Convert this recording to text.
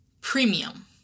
premium